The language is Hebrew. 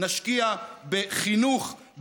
נשקיע בחינוך,